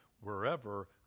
wherever